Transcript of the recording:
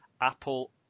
Apple